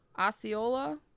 Osceola